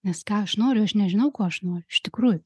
nes ką aš noriu aš nežinau ko aš noriu iš tikrųjų